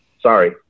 sorry